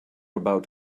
about